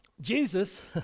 Jesus